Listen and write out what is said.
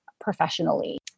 professionally